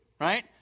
Right